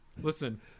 Listen